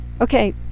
Okay